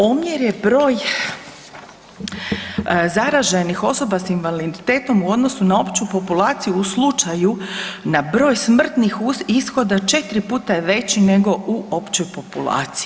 Omjer je broj zaraženih osoba s invaliditetom u odnosu na opću populaciju u slučaju na broj smrtnih ishoda 4 puta je veći nego u općoj populaciji.